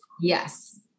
Yes